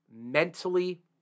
mentally